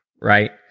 right